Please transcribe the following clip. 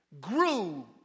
grew